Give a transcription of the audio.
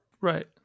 Right